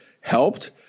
helped